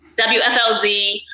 WFLZ